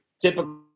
Typical